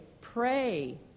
Pray